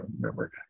remember